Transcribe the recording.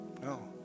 no